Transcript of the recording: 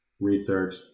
research